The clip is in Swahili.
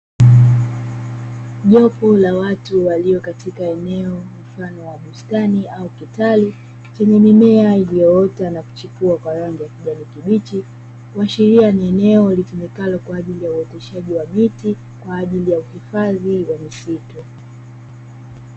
Jopo la watu walio katika eneo mfano wa bustani au kitalu chenye mimea iliyoota na kuchipua kwa rangi ya kijani kibichi, huashiria ni eneo litumikalo kwa ajili ya uoteshaji wa miti kwa ajili ya uhifadhi wa misitu.